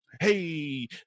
hey